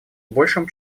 большим